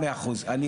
מאה אחוז,